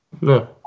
No